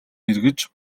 эргэж